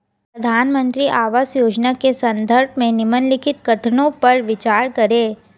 प्रधानमंत्री आवास योजना के संदर्भ में निम्नलिखित कथनों पर विचार करें?